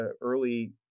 early